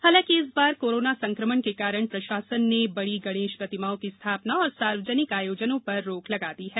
हालांकि इस बार कोरोना संकमण के कारण प्रषासन ने बड़ी गणेष प्रतिमाओं की स्थापना और सार्वजनिक आयोजनों पर रोक लगा दी है